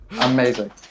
Amazing